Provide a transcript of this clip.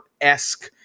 esque